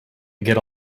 get